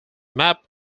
map